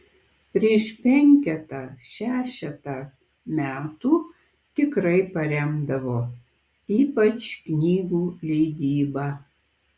prieš penketą šešetą metų tikrai paremdavo ypač knygų leidybą